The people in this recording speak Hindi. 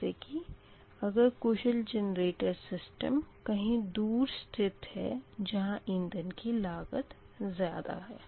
जैसे की अगर कुशल जेनरेटर सिस्टम कहीं दूर स्थित है जहाँ ईंधन की लागत ज़्यादा है